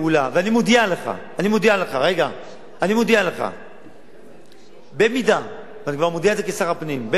ואני מודיע לך, ואני מודיע את זה כשר הפנים: במידה